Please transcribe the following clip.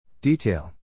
Detail